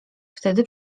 wtedy